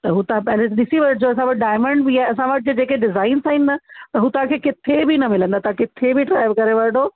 त हू तव्हां पहिरें ॾिसी वठिजो असां वटि डायमंड बि आहे असां वटि जेके डिज़ाइन्स आहिनि न त हू तव्हां खे किथे बि न मिलंदा तव्हां खे किथे बि ट्राय करे वठो